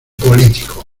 político